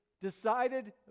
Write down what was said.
decided